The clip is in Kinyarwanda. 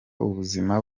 ubuzima